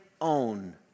own